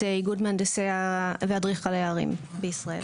איגוד מהנדסי ואדריכלי הערים בישראל.